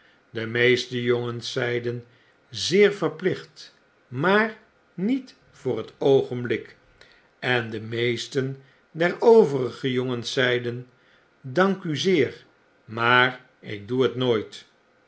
de meeste jongens zeiden zeer verplicht maar niet voor t oogenblik en de meesten der overige jongens zeiden dank u zeer maar ik doe het nooit